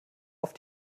auf